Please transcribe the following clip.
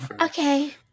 Okay